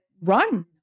run